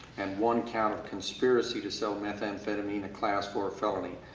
and one count of conspiracy to sell methamphetamine, a class four felony.